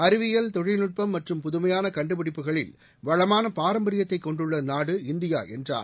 அறிவியல் தொழில்நுட்பம் மற்றும் புதுமையான கண்டுபிடிப்புகளில் வளமான பாரம்பரியத்தை கொண்டுள்ள நாடு இந்தியா என்றார்